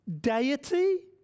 deity